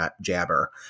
jabber